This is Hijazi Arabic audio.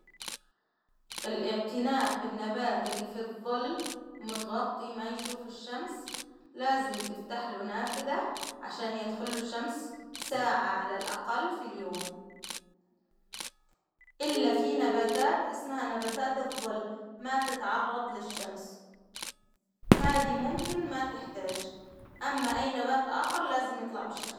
الإعتناء بالنبات اللي في الظل متغطي ما يشوف الشمس، لازم تفتح له نافذة عشان يدخل له الشمس ساعة على الاقل في اليوم، إلا في نباتات إسمها نباتات الظل، ما تتعرض للشمس، هذي ممكن ما تحتاج، أما أي نبات آخر لازم يطلع بالشمس.